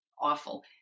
awful